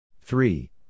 Three